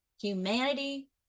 humanity